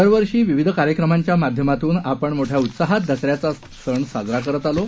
दरवर्षी विविध कार्यक्रमांच्या माध्यमातून आपण मोठ्या उत्साहात दसऱ्याचा साजरा करत आलो